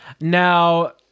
Now